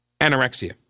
anorexia